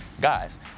guys